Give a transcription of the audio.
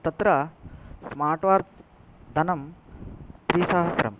तत्र smart watch धनं त्रिसहस्रम्